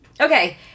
Okay